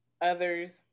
Others